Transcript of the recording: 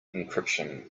encryption